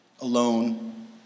alone